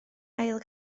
ail